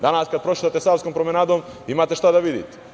Danas kad prošetate savskom promenadom imate šta da vidite.